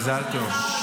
מזל טוב.